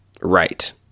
right